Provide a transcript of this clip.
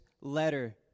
letter